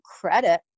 credit